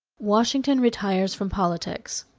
washington retires from politics.